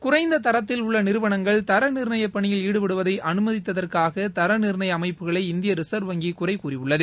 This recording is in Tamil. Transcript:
குறைந்த தரத்தில் உள்ள நிறுவனங்கள் தர நிர்ணய பணியில் ஈடுபடுவதை அனுமதித்ததற்காக தர நிர்ணய அமைப்புகளை இந்திய ரிசர்வ் வங்கி குறை கூறியுள்ளது